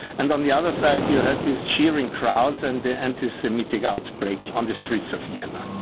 and on the other side you had these cheering crowds and their anti-semitic outbreaks on the streets of vienna.